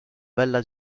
bella